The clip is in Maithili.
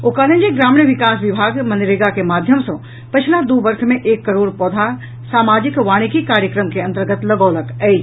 ओ कहलनि जे ग्रामीण विकास विभाग मनरेगा के माध्यम सँ पछिला द् वर्ष मे एक करोड़ पौधा सामाजिक वानिकी कार्यक्रम के अन्तर्गत लगौलक अछि